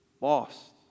lost